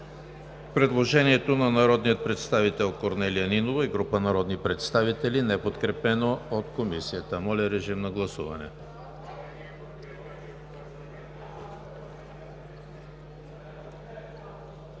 предложението на народния представител Корнелия Нинова и група народни представители, неподкрепено от Комисията. Гласували